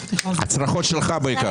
הצרחות שלך בעיקר.